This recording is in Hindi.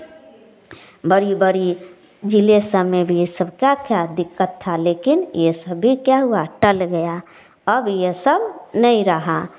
बड़ी बड़ी जिले सब में भी यह सब क्या क्या दिक्कत था लेकिन यह सभी क्या हुआ टल गया अब यह सब नहीं रहा